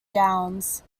downs